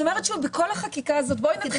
אני אומרת שוב: בואי נתחיל